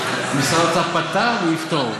משרד האוצר פתר, ויפתור.